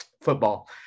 football